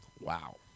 Wow